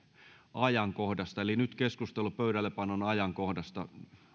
ajankohdasta eli nyt keskustellaan pöydällepanon ajankohdasta